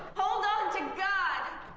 hold on to god!